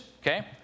okay